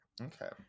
Okay